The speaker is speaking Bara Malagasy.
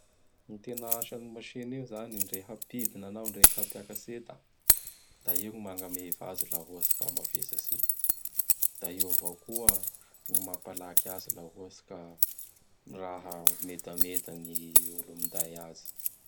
Gny tena asan'ny machine io izany! Ndre hampidina anao, ndre hapiakatsy enta; da io gny magnameva azy laha ohatsy ka mavesatsy i; da io avao koa gny mampalaky azy laha ohatsy ka laha medameda gny olo minday azy.